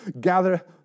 gather